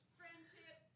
friendship